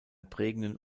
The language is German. prägenden